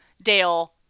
Dale